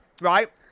right